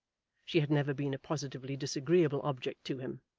she had never been a positively disagreeable object to him.